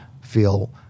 feel